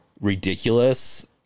ridiculous